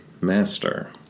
master